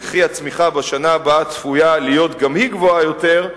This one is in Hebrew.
וכי הצמיחה בשנה הבאה צפויה להיות גם היא גבוהה יותר,